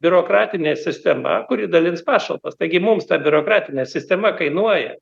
biurokratinė sistema kuri dalins pašalpas taigi mums ta biurokratinė sistema kainuoja